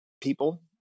people